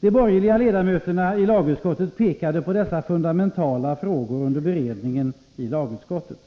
De borgerliga ledamöterna i lagutskottet pekade på dessa fundamentala frågor under beredningen i lagutskottet.